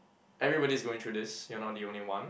everybody is going through this you are not the only one